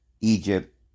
Egypt